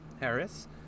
Harris